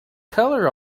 colour